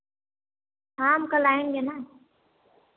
हाँ हम कल आएँगे ना